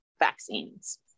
vaccines